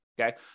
Okay